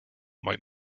might